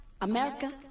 America